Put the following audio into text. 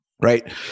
Right